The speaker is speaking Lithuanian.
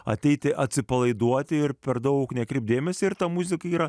ateiti atsipalaiduoti ir per daug nekreipt dėmesio ir ta muzika yra